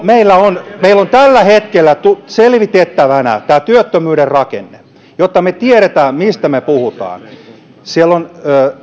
meillä on meillä on tällä hetkellä selvitettävänä tämä työttömyyden rakenne jotta me tiedämme mistä me puhumme siellä on